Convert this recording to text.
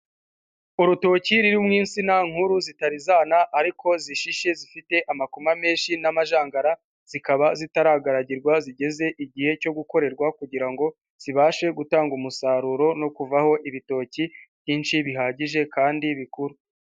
Urutoki rurimo insina nkuru zitari zana ariko zishishe zifite amakoma menshi n'amajangara, zikaba zitaragaragirwa zigeze igihe cyo gukorerwa kugira ngo zibashe gutanga umusaruro no kuvaho ibitoki byinshi bihagije kandi bikuru.